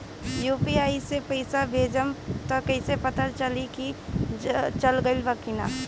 UPI से पइसा भेजम त कइसे पता चलि की चल गेल बा की न?